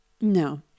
No